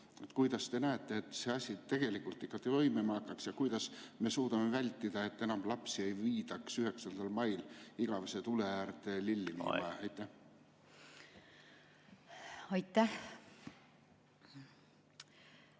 kuidas te näete, et see asi tegelikult ikkagi toimima hakkaks? Ja kuidas me suudame vältida, et enam lapsi ei viidaks 9. mail igavese tule äärde lilli viima?